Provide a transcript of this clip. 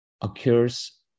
occurs